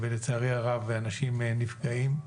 ולצערי הרב, אנשים נפגעים.